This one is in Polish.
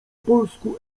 polsku